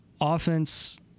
offense